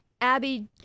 Abby